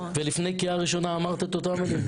ולפני הקריאה הראשונה אמרת את אותם הדברים,